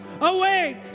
Awake